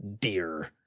dear